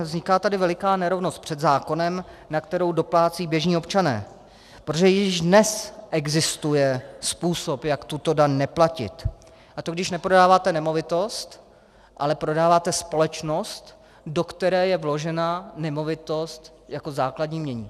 Vzniká tady veliká nerovnost před zákonem, na kterou doplácejí běžní občané, protože již dnes existuje způsob, jak tuto daň neplatit, a to když neprodáváte nemovitost, ale prodáváte společnost, do které je vložena nemovitost jako základní jmění.